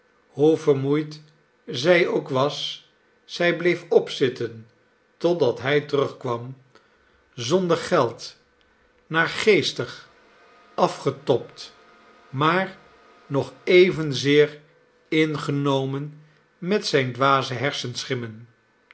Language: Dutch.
hoe vermoeid zij ook was zij bleef opzitten totdat hij terugkwam zonder ws mam mmmmmmmm nelly geld naargeestig afgetobd maar nog evenzeer ingenomen met zijne dwaze hersenschimmen